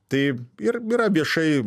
tai ir yra viešai